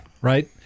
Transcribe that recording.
right